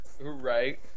Right